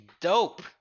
dope